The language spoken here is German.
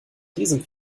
diesem